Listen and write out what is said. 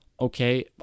okay